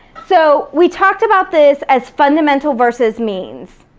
so we talked about this as fundamental versus means.